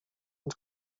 und